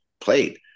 played